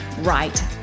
right